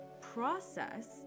process